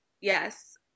Yes